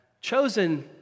Chosen